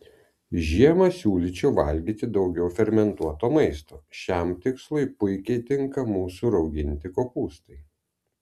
žiemą siūlyčiau valgyti daug fermentuoto maisto šiam tikslui puikiai tinka mūsų rauginti kopūstai